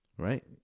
Right